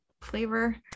flavor